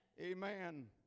Amen